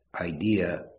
idea